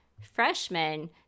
freshmen